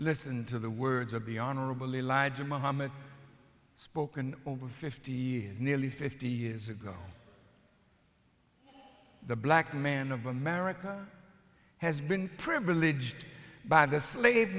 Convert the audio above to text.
listen to the words of the honorable elijah muhammad spoken over fifty years nearly fifty years ago the black man of america has been privileged by the slave